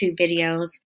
videos